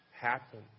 happen